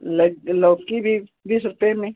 luck लौकी भी बीस रुपये में